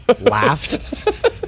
laughed